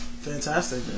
Fantastic